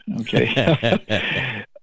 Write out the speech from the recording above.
Okay